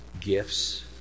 gifts